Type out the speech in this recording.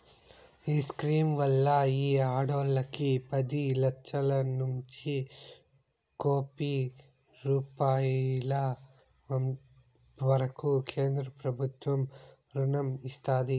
ఈ స్కీమ్ వల్ల ఈ ఆడోల్లకి పది లచ్చలనుంచి కోపి రూపాయిల వరకూ కేంద్రబుత్వం రుణం ఇస్తాది